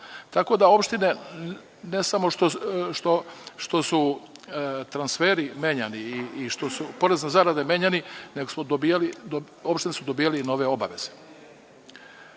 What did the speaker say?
Tako da, opštine, ne samo što su transferi menjani i što su porezi na zarade menjani, nego su opštine dobijale i nove obaveze. Još